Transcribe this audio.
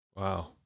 Wow